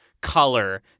color